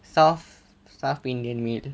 south south indian meal